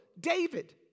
David